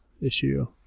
issue